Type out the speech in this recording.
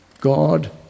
God